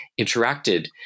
interacted